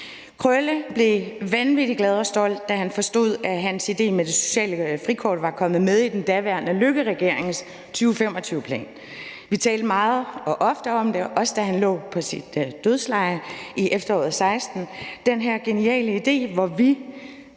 Krølle blev vanvittig glad og stolt, da han forstod, at hans idé med det sociale frikort var kommet med i den daværende Løkkeregerings 2025-plan. Vi talte meget og ofte om det, også da han lå på sit dødsleje i efteråret 2016, altså om den her geniale idé, hvor vi